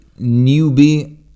newbie